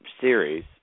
series